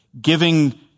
giving